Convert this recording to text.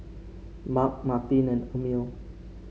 Mark Martine and Emil